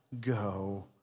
go